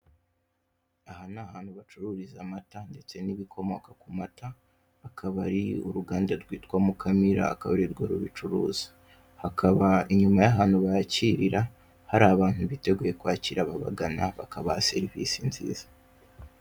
Aha ni ahantu bacururiza amata ndetse n'ibikomoka ku mata, akaba ari uruganda rwitwa Mukamira akaba arirwo rubicuruza, hakaba inyuma y'ahantu bakirira hari abantu biteguye kwakira ababagana bakabaha serivisi nziza.